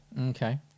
Okay